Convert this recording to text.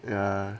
ya